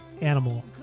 Animal